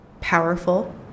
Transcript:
Powerful